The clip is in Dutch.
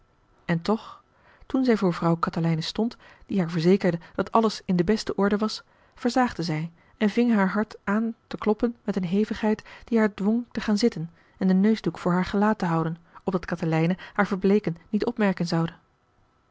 en toch toen zij voor vrouw katelijne stond die haar verzekerde dat alles in de beste orde was versaagde zij en ving haar hart aan te kloppen met een hevigheid die haar dwong te gaan zitten en den neusdoek voor haar gelaat te houden opdat katelijne haar verbleeken niet opmerken zoude